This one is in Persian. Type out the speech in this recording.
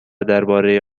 درباره